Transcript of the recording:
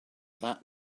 that